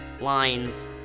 lines